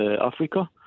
Africa